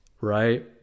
right